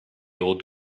old